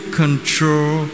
control